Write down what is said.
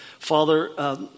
Father